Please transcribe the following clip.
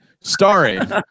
starring